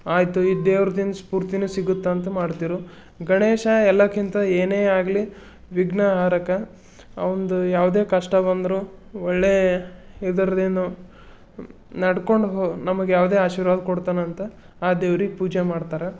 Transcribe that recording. ಆಯಿತು ಈ ದೇವ್ರ್ದಿಂದ ಸ್ಪೂರ್ತಿನೂ ಸಿಗುತ್ತಂತ ಮಾಡ್ತಿರು ಗಣೇಶ ಎಲ್ಲಕ್ಕಿಂತ ಏನೇ ಆಗಲಿ ವಿಘ್ನಹಾರಕ ಅವಂದು ಯಾವುದೇ ಕಷ್ಟ ಬಂದ್ರೂ ಒಳ್ಳೆ ಇದ್ರದ್ದೇನೋ ನಡ್ಕೊಂಡು ಹೊ ನಮಗೆ ಯಾವುದೇ ಆಶೀರ್ವಾದ ಕೊಡ್ತಾನಂತ ಆ ದೇವ್ರಿಗೆ ಪೂಜೆ ಮಾಡ್ತಾರೆ